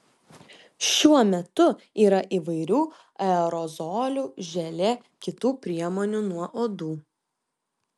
šiuo metu yra įvairių aerozolių želė kitų priemonių nuo uodų